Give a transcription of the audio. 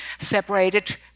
separated